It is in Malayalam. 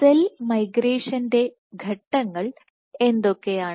സെൽ മൈഗ്രേഷന്റെ ഘട്ടങ്ങൾ എന്തൊക്കെയാണ്